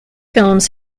films